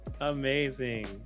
amazing